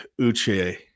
Uche